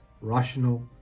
rational